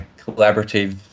collaborative